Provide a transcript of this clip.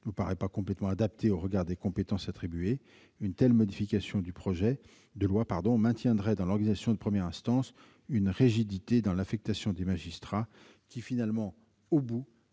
nous paraît pas complètement adapté au regard des compétences attribuées, une telle modification du projet de loi maintiendrait, dans l'organisation de première instance, une rigidité dans l'affectation des magistrats qui risquerait, au bout